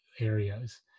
areas